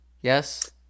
yes